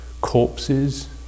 corpses